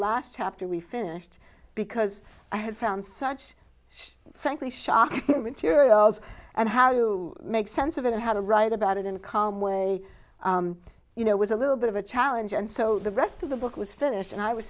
last chapter we finished because i had found such frankly shocking materials and how to make sense of it and how to write about it in a calm way you know was a little bit of a challenge and so the rest of the book was